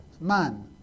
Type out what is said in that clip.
Man